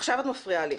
עכשיו את מפריעה לי.